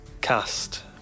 cast